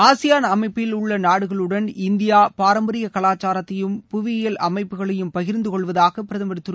ஆசியாள் அமைப்பிலுள்ள நாடுகளுடன் இந்தியா பாரம்பரிய கலாச்சாரத்தையும் புவியியல் அமைப்புகளையும் பகிர்ந்து கொள்வதாக பிரதமர் திரு